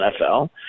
NFL